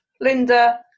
Linda